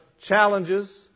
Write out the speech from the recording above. challenges